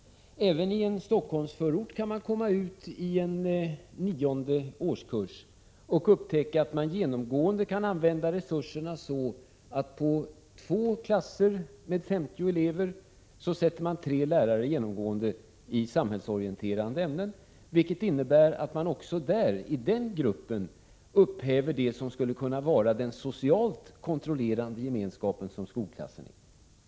Även i en Stockholmsförort kan man i en nionde årskurs använda resurserna så att man på två klasser med femtio elever genomgående sätter tre lärare i samhällsorienterande ämnen, vilket innebär att man också i den gruppen upphäver det som skulle kunna vara den socialt kontrollerande gemenskap som skolklassen är.